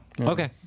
Okay